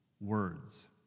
words